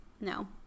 No